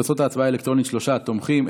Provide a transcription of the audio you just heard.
תוצאות ההצבעה האלקטרונית: שלושה תומכים,